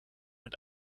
mit